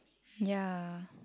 ya